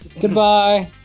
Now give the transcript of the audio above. Goodbye